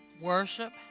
worship